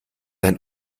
ein